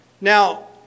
Now